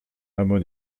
hameau